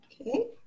Okay